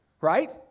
right